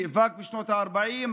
נאבק בשנות הארבעים,